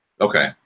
Okay